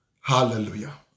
Hallelujah